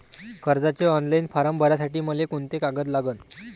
कर्जाचे online form भरासाठी मले कोंते कागद लागन?